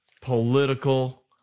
political